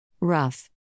Rough